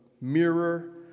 mirror